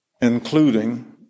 including